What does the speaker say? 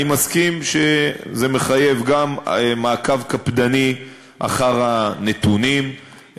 אני מסכים שזה מחייב גם מעקב קפדני אחר הנתונים,